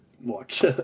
watch